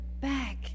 back